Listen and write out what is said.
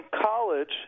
college